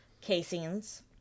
casings